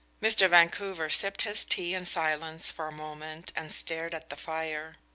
mr. vancouver sipped his tea in silence for a moment and stared at the fire.